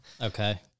Okay